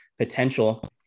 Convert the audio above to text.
Potential